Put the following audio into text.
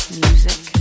music